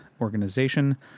organization